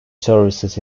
services